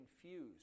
confused